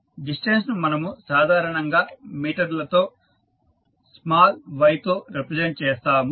distance ను మనము సాధారణంగా మీటర్లలో స్మాల్ y తో రిప్రజెంట్ చేస్తాము